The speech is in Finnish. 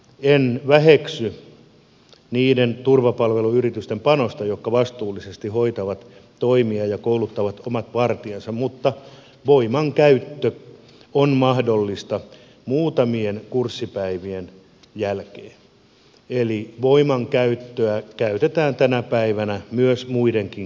en väheksy niiden turvapalveluyritysten panosta jotka vastuullisesti hoitavat toimia ja kouluttavat omat vartijansa mutta voimankäyttö on mahdollista muutamien kurssipäivien jälkeen eli voimankäyttöä harjoitetaan tänä päivänä muidenkin kuin poliisien toimesta